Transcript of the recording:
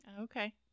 Okay